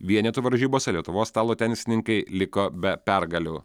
vienetų varžybose lietuvos stalo tenisininkai liko be pergalių